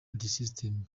multisystem